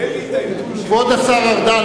כבוד השר ארדן,